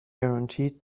guaranteed